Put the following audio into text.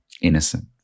innocent